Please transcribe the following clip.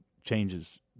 changes